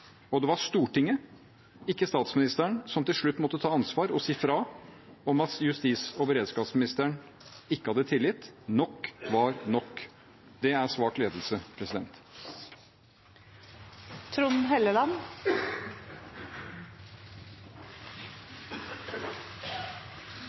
saken. Det var Stortinget, ikke statsministeren, som til slutt måtte ta ansvar og si fra om at justis- og beredskapsministeren ikke hadde tillit: Nok var nok. Det er svak ledelse.